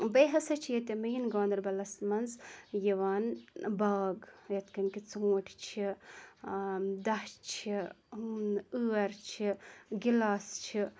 بیٚیہِ ہَسا چھُ ییٚتہِ مین گاندَربلَس مَنٛز یِوان باغ یِتھ کٔنۍ کہِ ژوٗنٛٹھۍ چھِ دَچھ چھِ ٲر چھِ گِلاس چھِ